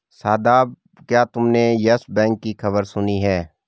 शादाब, क्या तुमने Yes Bank की खबर सुनी है?